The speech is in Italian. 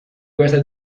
questa